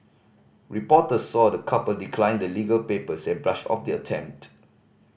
reporters saw the couple decline the legal papers and brush off the attempt